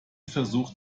versucht